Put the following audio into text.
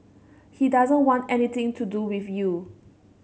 he doesn't want anything to do with you